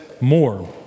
more